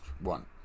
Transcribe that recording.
one